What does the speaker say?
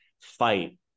fight